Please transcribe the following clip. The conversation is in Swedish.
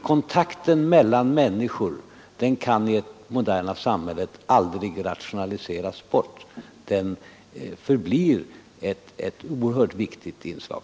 Kontakten mellan människor kan i det moderna samhället aldrig rationaliseras bort. Den förblir ett oerhört viktigt inslag.